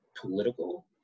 political